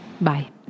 Bye